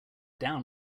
down